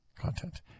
content